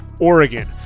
Oregon